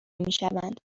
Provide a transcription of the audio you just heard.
میشوند